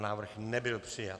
Návrh nebyl přijat.